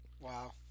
Wow